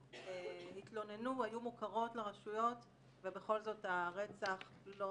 התלוננו, היו מוכרות לרשויות ובכל זאת הרצח לא